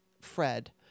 Fred